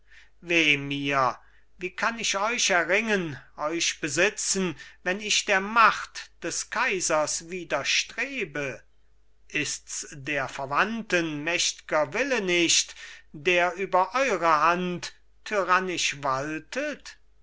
mir wie kann ich euch erringen euch besitzen wenn ich der macht des kaisers widerstrebe ist's der verwandten mächt'ger wille nicht der über eure hand tyrannisch waltet